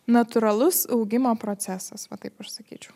natūralus augimo procesas taip aš sakyčiau